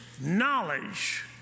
knowledge